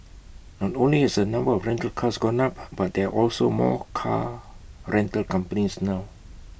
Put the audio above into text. not only has the number of rental cars gone up but there are also more car rental companies now